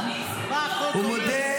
ניסים, הוא לא מבין.